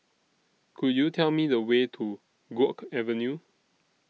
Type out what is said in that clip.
Could YOU Tell Me The Way to Guok Avenue